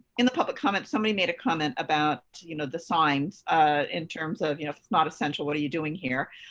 in the public comment, somebody made a comment about you know the signs in terms of you know not essential, what are you doing here.